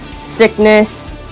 sickness